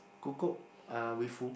Kukup uh with who